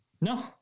No